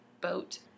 boat